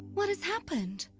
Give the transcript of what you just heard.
what has happened!